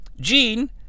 Gene